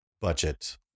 budget